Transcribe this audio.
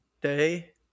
day